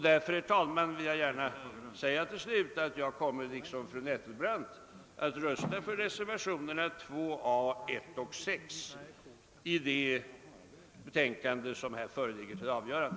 Därför, herr talman, vill jag gärna säga till slut att jag liksom fru Nettelbrandt kommer att rösta för reservationerna 2 a, 1 och 6 i det utlåtande som här föreligger till avgörande.